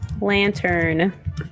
Lantern